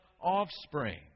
offspring